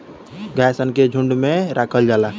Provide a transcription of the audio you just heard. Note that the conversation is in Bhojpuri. गाय सन के झुंड में राखल जाला